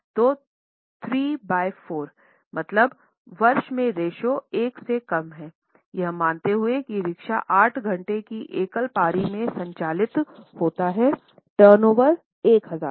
तो3 by 4 मतलब वर्ष में रेश्यो 1 से कम है यह मानते हुए कि रिक्शा 8 घंटे की एकल पारी में संचालित होता है टर्नओवर 1000 था